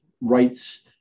rights